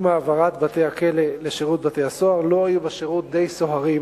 עם העברת בתי-הכלא לשירות בתי-הסוהר לא היו בשירות די סוהרים